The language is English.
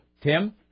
Tim